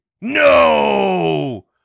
No